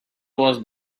was